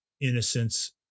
innocence